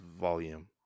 volume